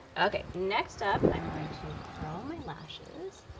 okay, next up i'm going to curl my lashes,